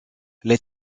les